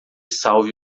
salve